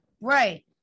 Right